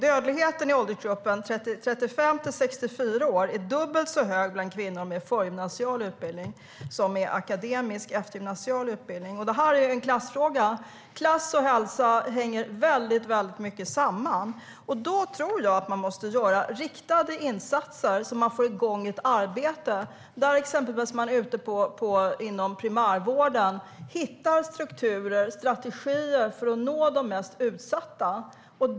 Dödligheten i åldersgruppen 35-64 år är dubbelt så hög för kvinnor med förgymnasial utbildning som för kvinnor med akademisk eftergymnasial utbildning. Det är en klassfråga. Klass och hälsa hänger tydligt samman. Jag tror att vi måste göra riktade insatser så att man får igång ett arbete i till exempel primärvården och hittar strukturer och strategier för att nå de mest utsatta.